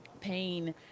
pain